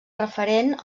referent